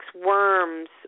worms